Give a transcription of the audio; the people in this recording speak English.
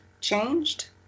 changed